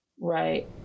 right